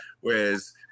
Whereas